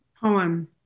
Poem